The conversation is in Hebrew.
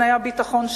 בתנאי הביטחון שלנו,